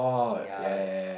ya that's